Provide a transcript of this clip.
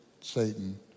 Satan